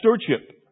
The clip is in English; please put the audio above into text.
stewardship